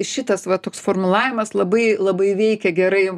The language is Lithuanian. šitas va toks formulavimas labai labai veikia gerai